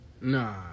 Nah